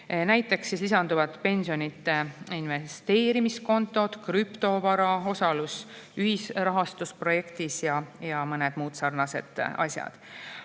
Näiteks lisanduvad pensioni investeerimiskontod, krüptovara, osalus ühisrahastusprojektis ja mõned muud sarnased asjad.